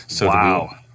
Wow